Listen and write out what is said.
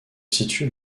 situe